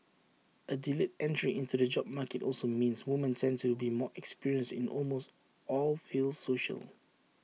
A delayed entry into the job market also means women tend to be more experienced in almost all fields social